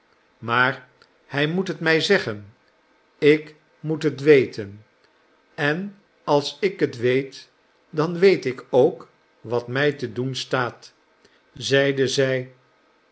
maar hij moet het mij zeggen ik moet het weten en als ik het weet dan weet ik ook wat mij te doen staat zeide zij